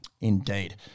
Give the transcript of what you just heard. Indeed